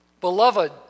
Beloved